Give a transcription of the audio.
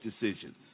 decisions